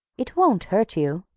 it won't hurt you,